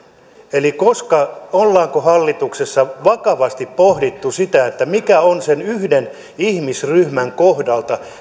eli ollaanko hallituksessa vakavasti pohdittu sen yhden ihmisryhmän kohdalta